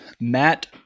Matt